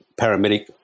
paramedic